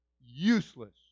useless